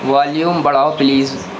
volume بڑھاؤ please